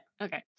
Okay